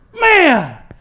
Man